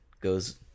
goes